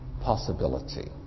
possibility